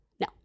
No